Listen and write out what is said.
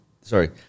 sorry